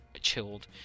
chilled